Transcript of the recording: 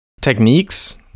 Techniques